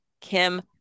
Kim